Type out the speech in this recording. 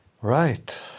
Right